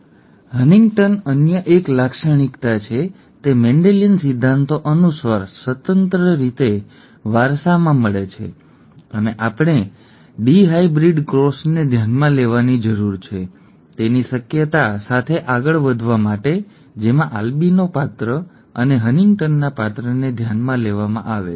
albino 1 લાક્ષણિકતા છે Huntington અન્ય એક લાક્ષણિકતા છે તે મેન્ડેલિયન સિદ્ધાંતો અનુસાર સ્વતંત્ર રીતે વારસામાં મળે છે અને આપણે ડિહાઇબ્રિડ ક્રોસને ધ્યાનમાં લેવાની જરૂર છે તેની શક્યતા સાથે આગળ વધવા માટે જેમાં આલ્બિનો પાત્ર અને હન્ટિંગ્ટનના પાત્રને ધ્યાનમાં લેવામાં આવે છે